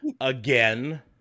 again